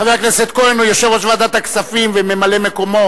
חבר הכנסת כהן ויושב-ראש ועדת הכספים וממלא-מקומו.